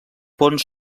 ponts